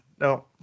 No